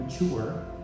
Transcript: mature